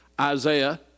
isaiah